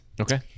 Okay